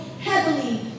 heavily